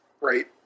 right